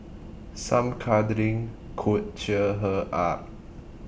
some cuddling could cheer her up